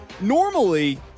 normally